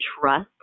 trust